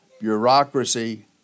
bureaucracy